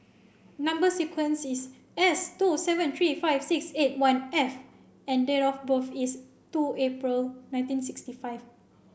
number sequence is S two seven three five six eight one F and date of birth is two April nineteen sixty five